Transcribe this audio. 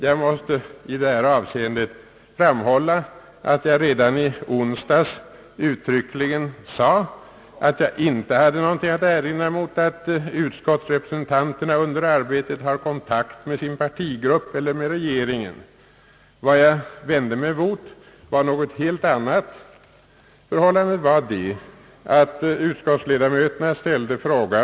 Jag vill i detta avseende framhålla, att jag redan i onsdags sade att jag inte hade något att erinra mot att utskottsrepresentanterna tar kontakt med sin partigrupp eller med regeringen. Vad jag vände mig emot var något helt annat. Förhållandet var, att utskottsledamöterna ställde frågan, om Ang.